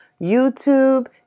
YouTube